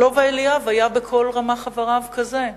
לובה אליאב היה בכל רמ"ח איבריו כזה.